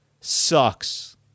sucks